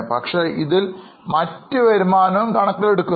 പക്ഷേ ഇതിൽ മറ്റു വരുമാനവും കണക്കിലെടുക്കുന്നു